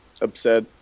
upset